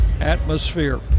atmosphere